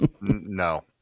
No